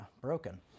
broken